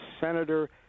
senator